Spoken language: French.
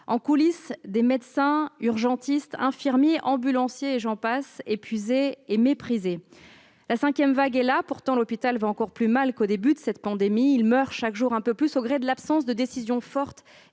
En coulisse, on voit des médecins, des urgentistes, des infirmiers, des ambulanciers, et j'en passe, épuisés et méprisés. La cinquième vague est là. Pourtant, l'hôpital va encore plus mal qu'au début de cette pandémie. Il meurt chaque jour un peu plus au gré de l'absence de décisions fortes